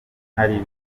hari